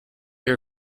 your